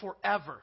forever